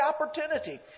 opportunity